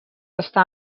està